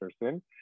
person